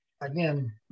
again